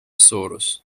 suurus